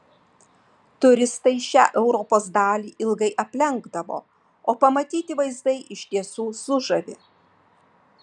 turistai šią europos dalį ilgai aplenkdavo o pamatyti vaizdai iš tiesų sužavi